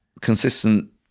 consistent